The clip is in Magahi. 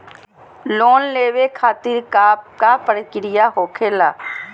लोन लेवे खातिर का का प्रक्रिया होखेला?